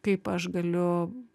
kaip aš galiu